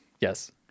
Yes